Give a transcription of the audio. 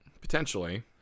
Potentially